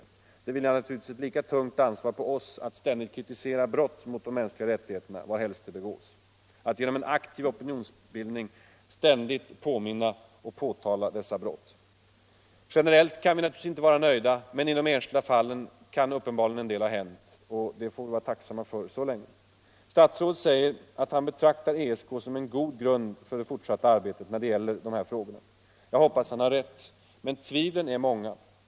Det vilar na — 27 april 1976 turligtvis ett lika tungt ansvar på oss att ständigt kritisera bott mot: ——— de mänskliga rättigheterna varhelst de begås, att genom en aktiv opi Om tillämpningen i nionsbildning ständigt påminna om och påtala dessa brott. Generellt kan = Sovjetunionen av vi naturligtvis inte vara nöjda, men i de enskilda fallen kan uppenbarligen Helsingforsavtalets en del ha hänt. Det får vi vara tacksamma för så länge. bestämmelser Statsrådet säger att han betraktar ESK som en god grund för det fortsatta arbetet när det gäller de här frågorna. Jag hoppas att han har rätt. Men tvivlen är många.